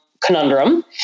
conundrum